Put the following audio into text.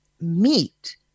meet